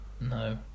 no